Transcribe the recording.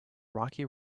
rocky